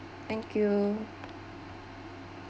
thank you